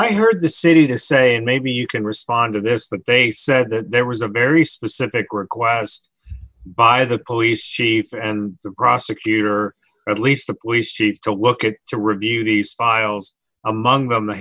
i heard the city to say and maybe you can respond to this but they said that there was a very specific request by the police chief and the prosecutor at least the police chief to look at to review the spiles among the